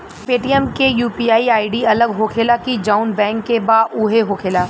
Paytm के UPI ID अलग होखेला की जाऊन बैंक के बा उहे होखेला?